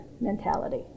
mentality